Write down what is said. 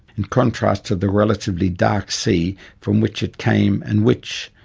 in contrast to the relatively dark sea from which it came and which,